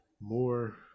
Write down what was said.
more